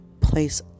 place